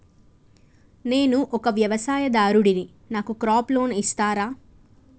నేను ఒక వ్యవసాయదారుడిని నాకు క్రాప్ లోన్ ఇస్తారా?